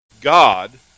God